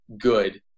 good